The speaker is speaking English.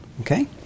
Okay